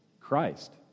Christ